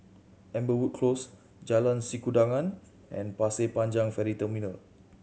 Amberwood Close Jalan Sikudangan and Pasir Panjang Ferry Terminal